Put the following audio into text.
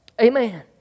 Amen